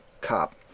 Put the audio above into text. cop